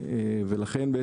לכן,